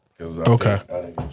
Okay